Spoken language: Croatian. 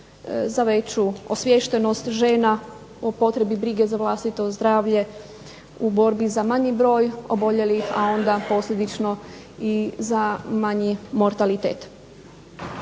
za veću osviještenost žena o potrebi brige za vlastito zdravlje u borbi za manji broj oboljelih, a onda posljedično i za manji mortalitet.